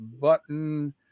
button